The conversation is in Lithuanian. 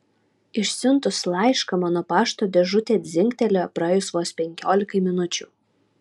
išsiuntus laišką mano pašto dėžutė dzingtelėjo praėjus vos penkiolikai minučių